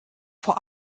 vor